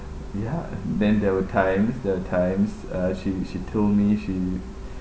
ya then there were times there were times uh she she told me she